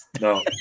no